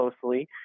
closely